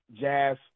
jazz